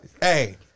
hey